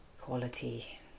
quality